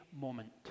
moment